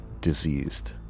diseased